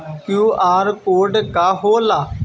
QR code का होला?